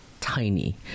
tiny